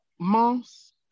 months